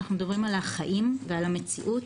אנחנו מדברים על החיים ועל המציאות